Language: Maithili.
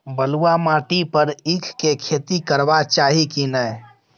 बलुआ माटी पर ईख के खेती करबा चाही की नय?